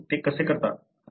तुम्ही ते कसे करता